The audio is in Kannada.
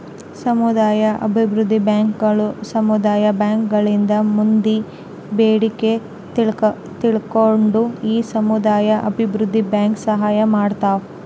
ಸಮುದಾಯ ಅಭಿವೃದ್ಧಿ ಬ್ಯಾಂಕುಗಳು ಸಮುದಾಯ ಬ್ಯಾಂಕ್ ಗಳಿಂದ ಮಂದಿ ಬೇಡಿಕೆ ತಿಳ್ಕೊಂಡು ಈ ಸಮುದಾಯ ಅಭಿವೃದ್ಧಿ ಬ್ಯಾಂಕ್ ಸಹಾಯ ಮಾಡ್ತಾವ